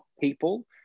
people